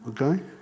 okay